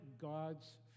God's